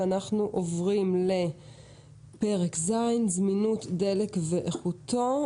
אנחנו עוברים לפרק ז': זמינות דלק ואיכותו.